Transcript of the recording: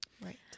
right